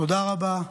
תודה רבה.